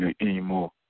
anymore